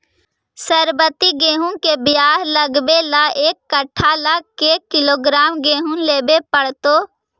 सरबति गेहूँ के बियाह लगबे ल एक कट्ठा ल के किलोग्राम गेहूं लेबे पड़तै?